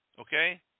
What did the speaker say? Okay